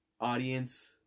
audience